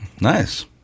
nice